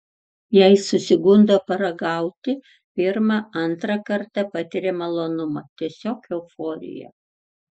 jei susigundo paragauti pirmą antrą kartą patiria malonumą tiesiog euforiją